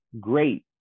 Great